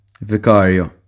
Vicario